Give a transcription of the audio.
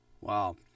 Wow